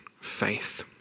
faith